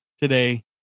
today